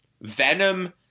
venom